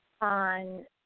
on